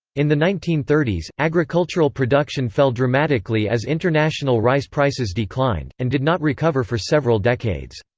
in the nineteen thirty s, agricultural production fell dramatically as international rice prices declined, and did not recover for several decades.